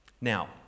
now